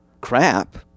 Crap